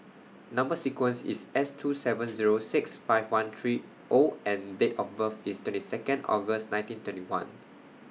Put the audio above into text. Number sequence IS S two seven Zero six five one three O and Date of birth IS twenty Second August nineteen twenty one